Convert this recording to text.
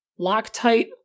Loctite